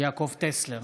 יעקב טסלר,